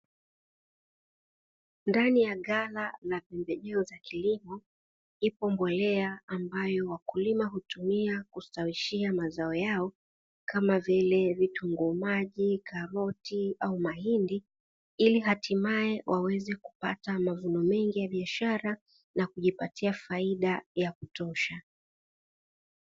Ndani ya ghala la pembejeo za kilimo ipo mbolea ambayo wakulima hutumia kustawishia mazao yao kama vile vitunguu maji, karoti au mahindi hili hatimaye waweze kupata mavuno mengi ya biashara na kujipatia faida ya kutosha.